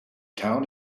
town